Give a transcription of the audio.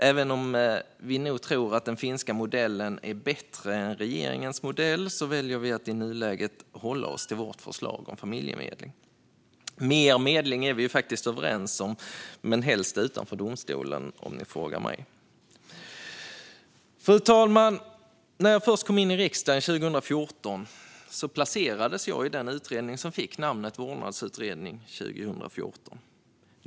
Även om vi nog tror att den finska modellen är bättre än regeringens modell väljer vi att i nuläget hålla oss till vårt förslag om familjemedling. Mer medling är vi ju faktiskt överens om, men helst utanför domstolen om ni frågar mig. Fru talman! När jag först kom in i riksdagen 2014 placerades jag i den utredning som fick namnet 2014 års vårdnadsutredning.